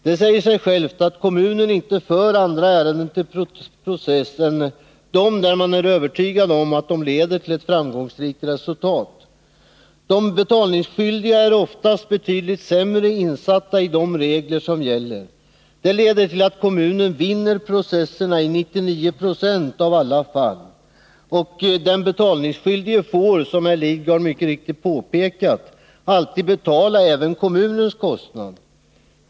Det säger sig ju självt att kommunen inte för andra ärenden till process än dem där man är övertygad om att de leder till ett framgångsrikt resultat. De betalningsskyldiga är oftast betydligt sämre insatta i de regler som gäller. Detta leder till att kommunen vinner processerna i 99 96 av alla fall, och den betalningsskyldige får, som Bertil Lidgard mycket riktigt påpekar, alltid betala även kommunens kostnad.